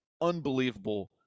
unbelievable